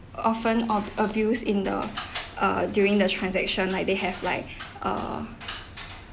often ob~ abuse in the err during the transaction like they have like err